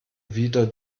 wieder